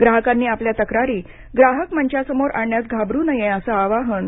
ग्राहकांनी आपल्या तक्रारी ग्राहक मंचासमोर आणण्यास घाबरू नये असं आवाहन त्यांनी केलं